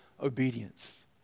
obedience